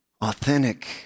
authentic